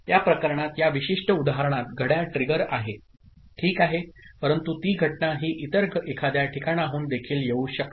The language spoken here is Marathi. या प्रकरणात या विशिष्ट उदाहरणात घड्याळ ट्रिगर आहे ठीक आहे परंतु ती घटना ही इतर एखाद्या ठिकाणाहून देखील येऊ शकते